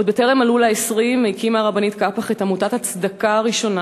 עוד בטרם מלאו לה 20 הקימה הרבנית קאפח את עמותת הצדקה הראשונה.